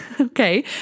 okay